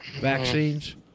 vaccines